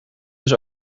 dus